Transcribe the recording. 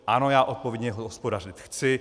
Ano, já odpovědně hospodařit chci.